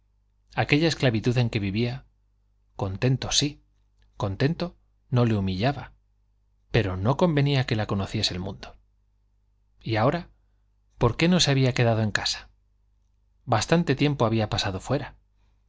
aquella esclavitud en que vivía contento sí contento no le humillaba pero no convenía que la conociese el mundo y ahora por qué no se había quedado en casa bastante tiempo había pasado fuera